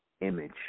image